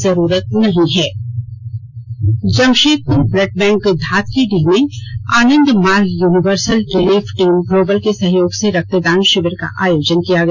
Jamshedpur blood bank Dhatkidih में Anand Marg universal relief team global के सहयोग से रक्तदान शिविर का आयोजन किया गया